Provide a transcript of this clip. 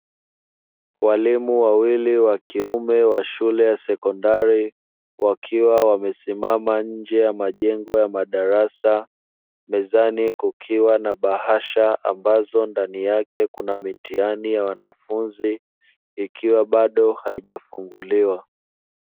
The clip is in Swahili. Walimu wawili wa kiume wa shule ya sekondari, wakiwa wamesimama nje ya majengo ya madarasa, mezani kukiwa na bahasha ambazo ndani yake kuna mitihani ya wanafunzi, ikiwa bado haijafunguliwa.